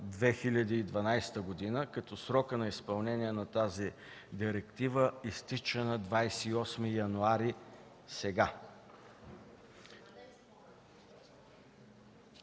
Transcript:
2012 г., като срокът на изпълнение на тази директива изтича на 28 януари – сега.